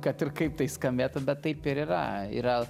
kad ir kaip tai skambėtų bet taip ir yra yra